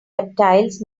reptiles